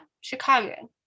Chicago